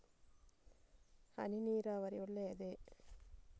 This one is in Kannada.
ಹನಿ ನೀರಾವರಿ ಒಳ್ಳೆಯದೇ?